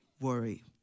worry